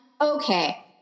okay